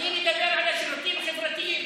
אני מדבר על השירותים החברתיים.